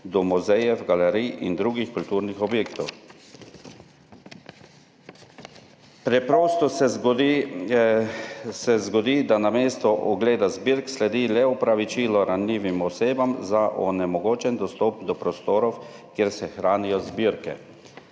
do muzejev, galerij in drugih kulturnih objektov. Preprosto se zgodi, da namesto ogleda zbirk sledi le opravičilo ranljivim osebam za onemogočen dostop do prostorov, kjer se hranijo zbirke.